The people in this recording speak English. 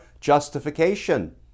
justification